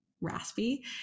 raspy